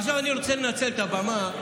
עכשיו אני רוצה לנצל את הבמה,